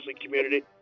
community